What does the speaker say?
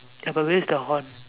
ya but where is the horn